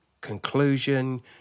conclusion